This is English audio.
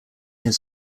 his